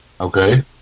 Okay